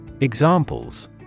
Examples